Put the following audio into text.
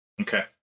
Okay